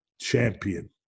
champion